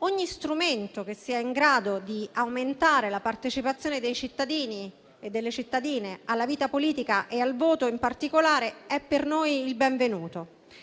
Ogni strumento che sia in grado di aumentare la partecipazione dei cittadini e delle cittadine alla vita politica e al voto in particolare è per noi il benvenuto.